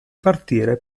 partire